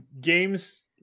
games